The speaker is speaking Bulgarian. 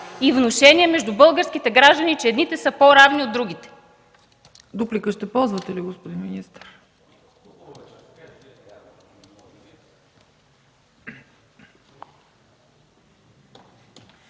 и внушение между българските граждани, че едните са по-равни от другите.